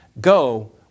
go